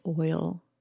oil